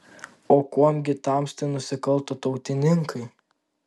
o kuom gi tamstai nusikalto tautininkai